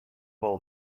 ball